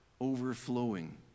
overflowing